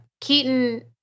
Keaton